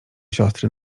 siostry